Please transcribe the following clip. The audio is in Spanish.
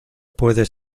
puede